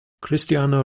cristiano